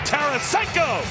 Tarasenko